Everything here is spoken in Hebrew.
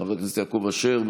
חבר הכנסת יעקב אשר?